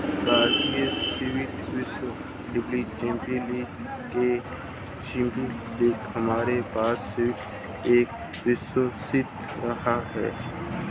भारतीय स्क्वैश विश्व doubles championship के लिएग्लासगो में हमारे पास स्क्वैश एक अविश्वसनीय रहा है